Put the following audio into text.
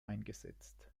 eingesetzt